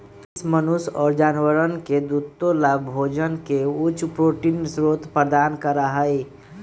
कीट मनुष्य और जानवरवन के दुन्नो लाभोजन के उच्च प्रोटीन स्रोत प्रदान करा हई